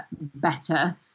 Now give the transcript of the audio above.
better